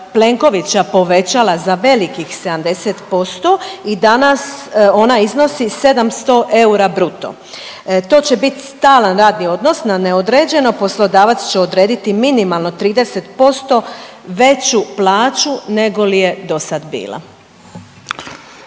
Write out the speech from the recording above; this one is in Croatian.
Plenkovića povećala za velikih 70% i danas ona iznosi 700 eura bruto. To će bit stalan radni odnos na neodređeno, poslodavac će odrediti minimalno 30% veću plaću nego li je do sad bila.